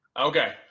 okay